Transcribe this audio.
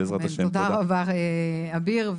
אמן, תודה רבה, אביר.